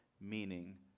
meaning